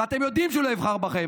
ואתם יודעים שהוא לא יבחר בכם.